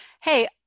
Hey